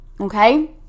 Okay